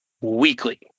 weekly